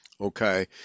okay